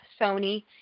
Sony